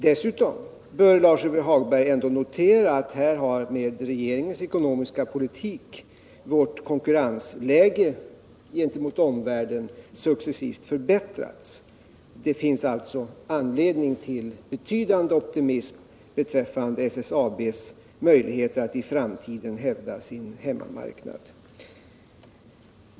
Dessutom bör Lars-Ove Hagberg notera att vårt konkurrensläge gentemot omvärlden på det här området successivt har förbättrats genom regeringens ekonomiska politik. Det finns alltså anledning till betydande optimism beträffande SSAB:s möjligheter att i framtiden hävda sin hemmamarknad.